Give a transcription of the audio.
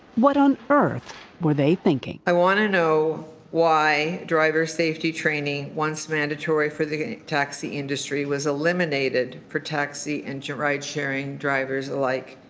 what on earth were they thinking? i want to know why driver safety training once mandatory for the taxi industry was eliminated for taxi and ride sharing drivers alike,